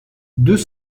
deux